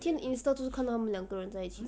每天 insta 都是看到他们两个人在一起